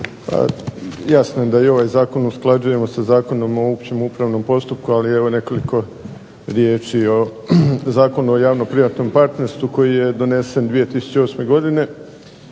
jasno je da i ovaj zakon usklađujemo sa Zakonom o općem upravnom postupku, ali evo nekoliko riječi i o Zakonu o javno-privatnom partnerstvu koji je donesen 2008. godine,